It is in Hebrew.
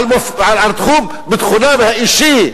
נחמן שי,